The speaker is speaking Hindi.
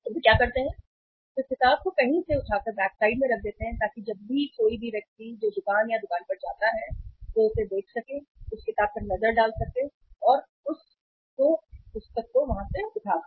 तो वे क्या करते हैं कि वे किताब को कहीं से उठाकर बैक साइड में रख देते हैं ताकि कोई भी व्यक्ति जो दुकान या दुकान पर जाता है वे उसे देख सकते हैं और उस किताब पर नज़र डाल सकते हैं और वे बस पुस्तकें उठा सकें